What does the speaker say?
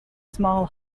small